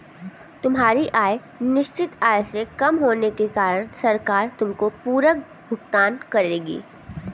तुम्हारी आय निश्चित आय से कम होने के कारण सरकार तुमको पूरक भुगतान करेगी